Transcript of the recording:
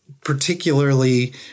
particularly